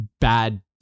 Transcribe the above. bad